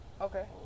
Okay